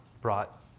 brought